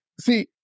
See